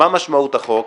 מה משמעות החוק